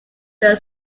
than